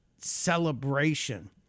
celebration